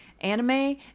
anime